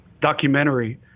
documentary